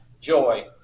joy